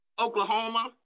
Oklahoma